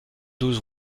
douze